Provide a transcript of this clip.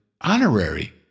honorary